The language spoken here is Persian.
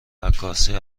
عکاسی